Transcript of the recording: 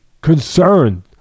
concerned